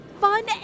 Fun